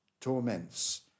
torments